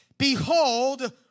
Behold